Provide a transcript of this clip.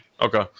Okay